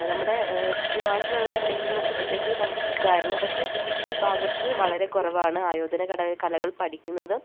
നമ്മുടെ ചുറ്റുപാടിലുള്ള എവിടെയെങ്കിലും ഉണ്ടെങ്കിൽ നമുക്ക് സുഖമായിരുന്നു പക്ഷേ ഈ ഭാഗത്ത് വളരെ കുറവാണ് ആയോധനകട കലകൾ പഠിക്കുന്നത്